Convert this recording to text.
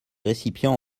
récipients